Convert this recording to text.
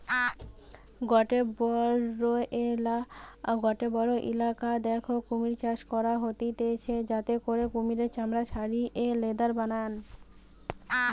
গটে বড়ো ইলাকা দ্যাখে কুমির চাষ করা হতিছে যাতে করে কুমিরের চামড়া ছাড়িয়ে লেদার বানায়